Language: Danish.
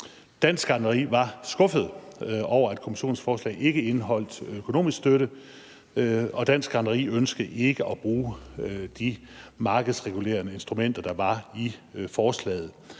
Dansk Gartneri var skuffede over, at Kommissionens forslag ikke indeholdt økonomisk støtte, og Dansk Gartneri ønskede ikke at bruge de markedsregulerende instrumenter, der var i forslaget.